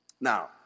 Now